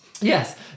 yes